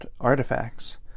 artifacts